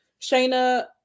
Shayna